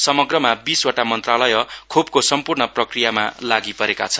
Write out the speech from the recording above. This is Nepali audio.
समग्रहमा बीसवटा मन्त्रालय खोपको सम्पूर्ण प्रक्रियामा लागि परेका छन्